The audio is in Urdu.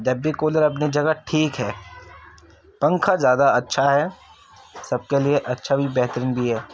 جب بھی کولر اپنی جگہ ٹھیک ہے پنکھا زیادہ اچھا ہے سب کے لیے اچھا بھی بہترین بھی ہے